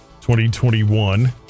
2021